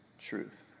truth